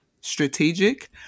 Strategic